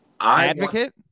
Advocate